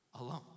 Alone